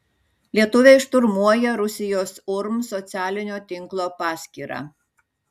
lietuviai šturmuoja rusijos urm socialinio tinklo paskyrą